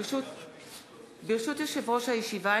ברשות יושב-ראש הישיבה,